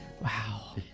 Wow